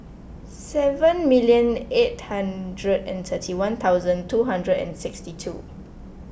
seven million eight hundred and thirty one thousand two hundred and sixty two